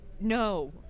No